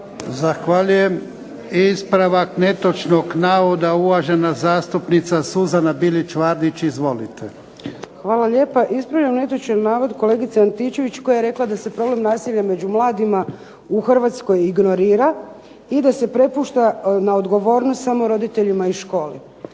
Zahvaljujem. I ispravak netočnog navoda, uvažena zastupnica Suzana Bilić Vardić. Izvolite. **Bilić Vardić, Suzana (HDZ)** Hvala lijepa. Ispravljam netočni navod kolegice Antičević koja je rekla da se problem nasilja među mladima u Hrvatskoj ignorira i da se prepušta na odgovornost samo roditeljima i školi,